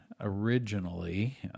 originally